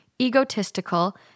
egotistical